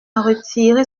retirer